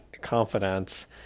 confidence